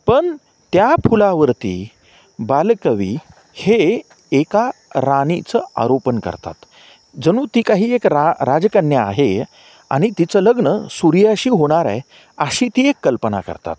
पण त्या फुलावरती बालकवी हे एका राणीचं आरोपण करतात जणू ती काही एक रा राजकन्या आहे आणि तिचं लग्न सूर्याशी होणार आहे अशी ती एक कल्पना करतात